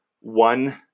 one